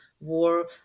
war